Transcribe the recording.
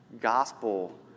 gospel